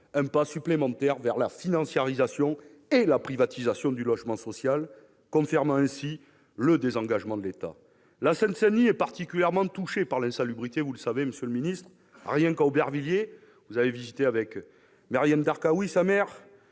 un pas supplémentaire vers la financiarisation et la privatisation du logement social, confirmant ainsi le désengagement de l'État. La Seine-Saint-Denis est particulièrement touchée par l'insalubrité, vous le savez, monsieur le ministre. À Aubervilliers, où vous avez effectué une visite avec sa maire,